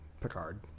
Picard